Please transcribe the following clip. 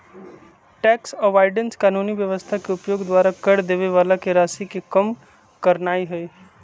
tax avoidance कानूनी व्यवस्था के उपयोग द्वारा कर देबे बला के राशि के कम करनाइ हइ